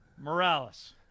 Morales